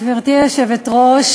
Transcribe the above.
גברתי היושבת-ראש,